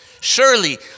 Surely